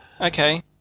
Okay